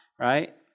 right